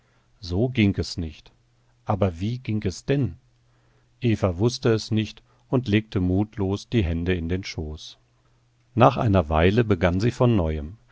so ging es nicht aber wie ging es denn eva wußte es nicht und legte mutlos die hände in den schoß nach einer weile begann sie von neuem